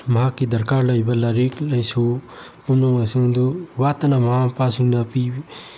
ꯃꯍꯥꯛꯀꯤ ꯗꯔꯀꯥꯔ ꯂꯩꯕ ꯂꯥꯏꯔꯤꯛ ꯂꯥꯏꯁꯨ ꯄꯨꯝꯅꯃꯛꯁꯤꯡꯗꯨ ꯋꯥꯠꯇꯅ ꯃꯃꯥ ꯃꯄꯥꯁꯤꯡꯅ